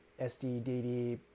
sddd